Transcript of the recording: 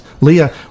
Leah